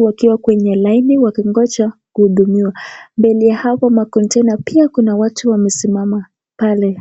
wakiwa kwenye laini wakingoja kudumiwa, mbele ya hapo makonteina pia kuna watu wamesimama pale.